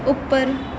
ਉੱਪਰ